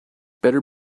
better